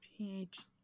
PhD